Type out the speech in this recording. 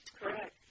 Correct